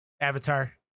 avatar